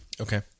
Okay